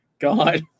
God